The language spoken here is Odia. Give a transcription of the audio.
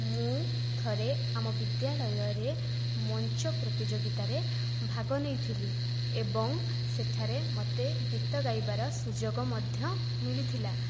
ମୁଁ ଥରେ ଆମ ବିଦ୍ୟାଳୟରେ ମଞ୍ଚ ପ୍ରତିଯୋଗିତାରେ ଭାଗ ନେଇଥିଲି ଏବଂ ସେଠାରେ ମୋତେ ଗୀତ ଗାଇବାର ସୁଯୋଗ ମଧ୍ୟ ମିଳିଥିଲା